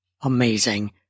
Amazing